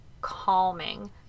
calming